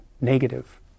negative